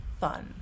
fun